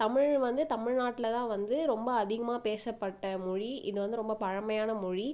தமிழ் வந்து தமிழ் நாட்டில்தான் வந்து ரொம்ப அதிகமாக பேசப்பட்ட மொழி இது வந்து ரொம்ப பழமையான மொழி